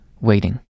waiting